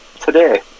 today